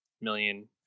million